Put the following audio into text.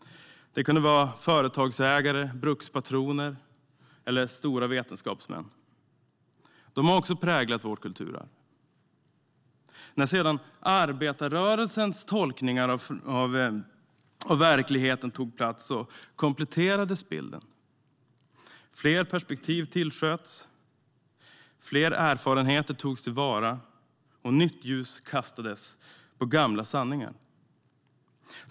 Det kunde vara företagsägare, brukspatroner eller stora vetenskapsmän. De har också präglat vårt kulturarv. När sedan arbetarrörelsens tolkning av verkligheten tog plats kompletterades bilden. Fler perspektiv tillsköts, fler erfarenheter togs till vara och nytt ljus kastades på gamla sanningar.